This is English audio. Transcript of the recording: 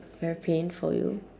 very pain for you